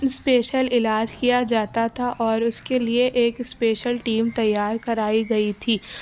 special علاج کیا جاتا تھا اور اس کے لیے ایک اسپیشل ٹیم تیار کرائی گئی تھی